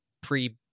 pre